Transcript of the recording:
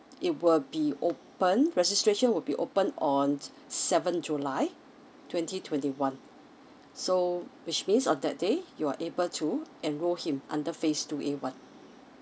it will be open registration will be open on seven july twenty twenty one so which means on that day you're able to enroll him under phase two A one